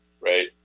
right